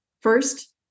First